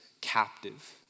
captive